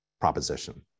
proposition